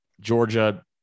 Georgia